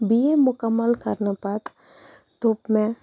B A مُکَمَل کَرنہٕ پَتہٕ دوٚپ مےٚ